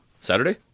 saturday